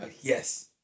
Yes